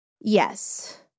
Yes